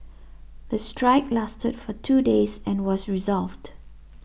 the strike lasted for two days and was resolved